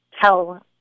tell